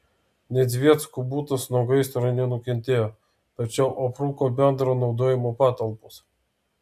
nedzveckų butas nuo gaisro nenukentėjo tačiau aprūko bendro naudojimo patalpos